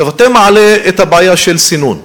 אתה מעלה את הבעיה של סינון,